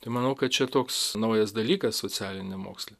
tai manau kad čia toks naujas dalykas socialiniam moksle